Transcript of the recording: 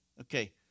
Okay